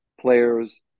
players